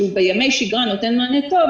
שהוא בימי שיגרה נותן מענה טוב,